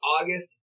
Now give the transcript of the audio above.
August